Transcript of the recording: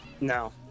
No